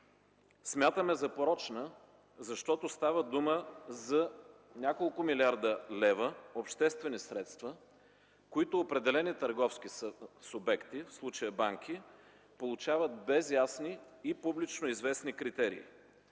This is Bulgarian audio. Смятам я за порочна, защото става дума за няколко милиарда лева обществени средства, които определени търговски субекти, в случая банки, получават без ясни и публично известни критерии.